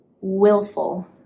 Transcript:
Willful